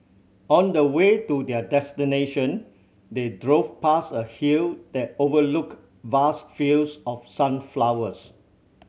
on the way to their destination they drove past a hill that overlooked vast fields of sunflowers